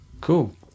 cool